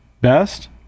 Best